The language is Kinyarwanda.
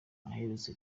aherutse